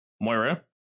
Moira